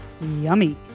Yummy